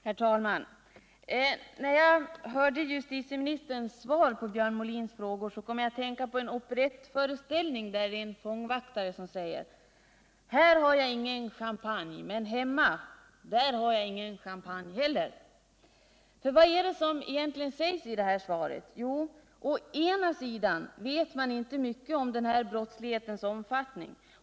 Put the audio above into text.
Herr talman! När jag hörde justitieministerns svar på Björn Molins frågor kom jag att tänka på en operettföreställning där en fångvaktare säger: Här har jag ingen champagne, men hemma — där har jag ingen champagne heller. För vad är det som egentligen sägs i svaret? Å ena sidan vet man inte mycket om den här brottslighetens omfattning.